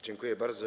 Dziękuję bardzo.